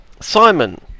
Simon